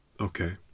Okay